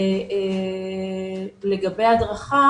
לגבי הדרכה